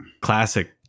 classic